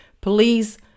please